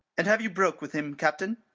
and have you broke with him, captain?